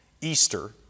Easter